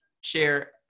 share